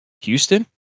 Houston